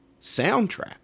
soundtrack